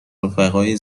رفقای